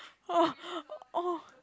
oh oh